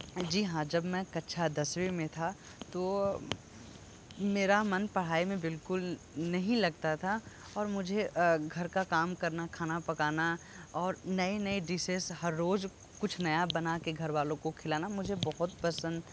जी हाँ जब मैं कक्षा दसवीं में था तो मेरा मन पढ़ाई में बिलकुल नहीं लगता था और मुझे घर का काम करना खाना पकाना और नई नई डिशेज़ हर रोज़ कुछ नया बनाके घर वालों को खिलाना मुझे बहुत पसंद